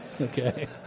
Okay